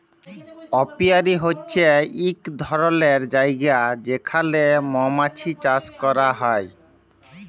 apiary হছে ইক ধরলের জায়গা যেখালে মমাছি চাষ ক্যরা হ্যয়